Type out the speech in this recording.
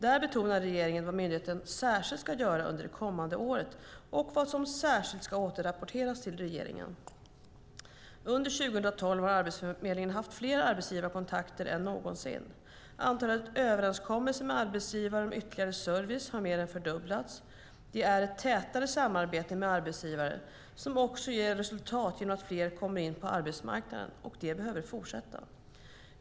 Där betonar regeringen vad myndigheten särskilt ska göra under det kommande året och vad som särskilt ska återrapporteras till regeringen. Under 2012 har Arbetsförmedlingen haft fler arbetsgivarkontakter än någonsin. Antalet överenskommelser med arbetsgivare om ytterligare service har mer än fördubblats. Det är ett tätare samarbete med arbetsgivare som också ger resultat genom att fler kommer in på arbetsmarknaden, och det behöver fortsätta.